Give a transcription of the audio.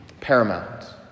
paramount